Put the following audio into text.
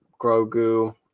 Grogu